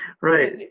Right